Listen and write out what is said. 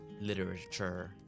literature